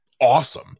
awesome